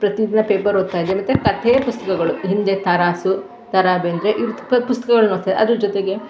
ಪ್ರತಿದಿನ ಪೇಪರ್ ಓದ್ತಾಯಿದ್ದೆ ಮತ್ತು ಕಥೆ ಪುಸ್ತಕಗಳು ಹಿಂದೆ ತರಾಸು ದ ರಾ ಬೇಂದ್ರೆ ಇವ್ರ ಪುಸ್ತಕಗಳ್ನ ಓದ್ತಿದ್ದೆ ಅದ್ರ ಜೊತೆಗೆ